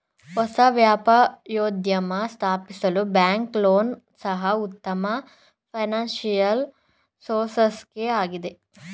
ಹೊಸ ವ್ಯಾಪಾರೋದ್ಯಮ ಸ್ಥಾಪಿಸಲು ಬ್ಯಾಂಕ್ ಲೋನ್ ಸಹ ಉತ್ತಮ ಫೈನಾನ್ಸಿಯಲ್ ಸೋರ್ಸಸ್ ಆಗಿದೆ